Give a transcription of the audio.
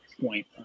point